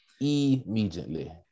immediately